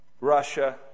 Russia